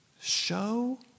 Show